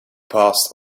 past